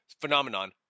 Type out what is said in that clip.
phenomenon